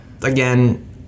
Again